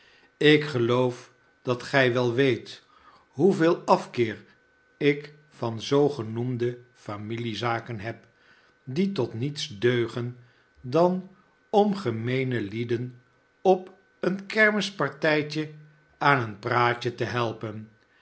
ik geloof dat gij wel weet hoeveel afkeer ik van zoogenoemde familiezaken heb die tot niets deugen dan om gemeene heden op een kerstmispartijtje aan een praatje te helpen